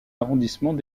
arrondissements